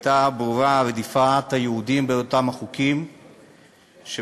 ורדיפת היהודים באותם החוקים הייתה ברורה,